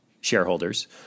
shareholders